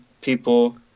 people